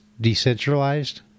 decentralized